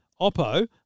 Oppo